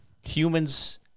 humans